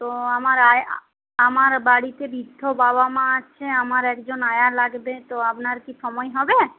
তো আমার আয়া আমার বাড়িতে বৃদ্ধ বাবা মা আছে আমার একজন আয়া লাগবে তো আপনার কি সময় হবে